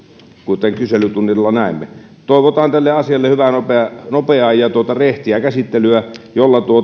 kuten kyselytunnilla näimme toivotaan tälle asialle hyvää nopeaa nopeaa ja rehtiä käsittelyä